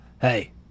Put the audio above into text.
Hey